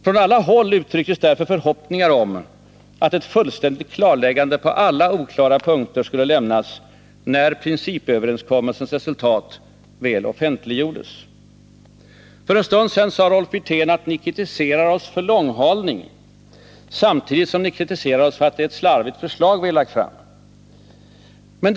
Från alla håll uttrycktes därför förhoppningar om att ett fullständigt klarläggande på alla oklara punkter skulle lämnas, när principöverenskommelsens resultat väl offentliggjordes. Ni kritiserar oss för långhalning, samtidigt som ni kritiserar oss för att det förslag vi har lagt fram är slarvigt, sade Rolf Wirtén för en stund sedan.